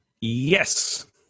Yes